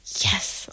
yes